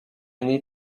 need